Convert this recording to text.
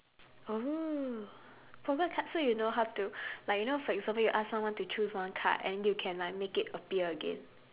oh poker card so you know how to like you know for example you ask someone to choose one card and you can like make it appear again